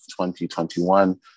2021